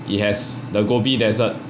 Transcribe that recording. it has the gobi desert